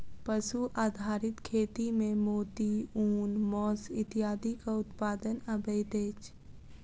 पशु आधारित खेती मे मोती, ऊन, मौस इत्यादिक उत्पादन अबैत अछि